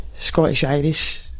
Scottish-Irish